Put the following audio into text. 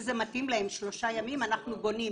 אם זה מתאים לה עם שלושה ימים, אנחנו בונים.